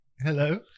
Hello